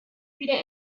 wieder